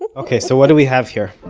and ok, so what do we have here?